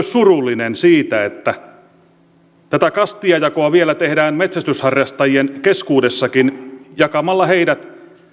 surullinen siitä että tätä kastijakoa vielä tehdään metsästysharrastajien keskuudessakin jakamalla heidät